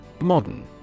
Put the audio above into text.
Modern